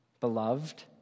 beloved